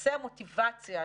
לנושא המוטיבציה,